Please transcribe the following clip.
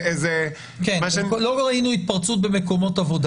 כן, לא ראינו התפרצות במקומות עבודה.